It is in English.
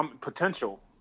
potential